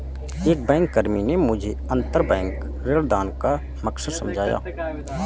एक बैंककर्मी ने मुझे अंतरबैंक ऋणदान का मकसद समझाया